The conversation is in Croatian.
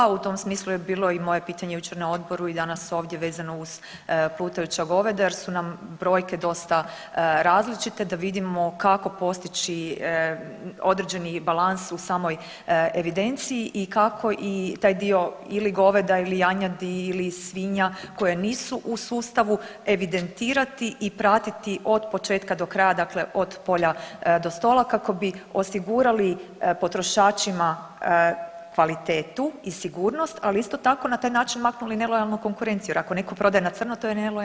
U tom smislu je bilo i moje pitanje jučer na odboru i danas ovdje vezano uz plutajuća goveda jer su brojke dosta različite da vidimo kako postići određeni balans u samoj evidenciji i kako i taj dio ili goveda ili janjadi ili svinja koje nisu u sustavu evidentirati i pratiti od početka do kraja dakle od polja do stola kao bi osigurali potrošačima kvalitetu i sigurnost, ali isto tako na taj način maknuli nelojalnu konkurenciju jer ako netko prodaje na crno to je nelojalna konkurencija.